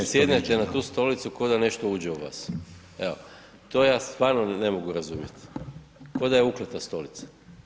Vi kad sjednete na tu stolicu kao da nešto uđe u vas, evo, to ja stvarno ne mogu razumjeti, kao da je ukleta stolica.